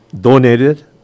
donated